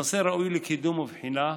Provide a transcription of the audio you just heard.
הנושא ראוי לקידום ולבחינה,